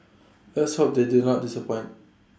let's hope they do not disappoint